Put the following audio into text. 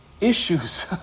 issues